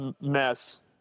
mess